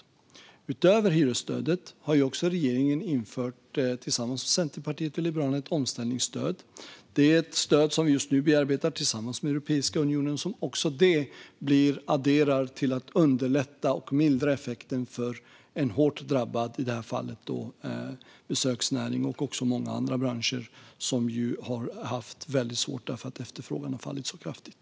Utöver hyresstödet har regeringen tillsammans med Centerpartiet och Liberalerna infört ett omställningsstöd. Det är ett stöd som vi just nu bearbetar tillsammans med Europeiska unionen och som också bidrar till att underlätta och mildra effekten för en hårt drabbad besöksnäring - i det här fallet, men det gäller även många andra branscher - som ju har haft det svårt eftersom efterfrågan har fallit så kraftigt.